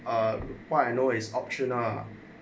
um what I know is optional